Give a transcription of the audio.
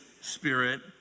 Spirit